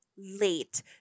late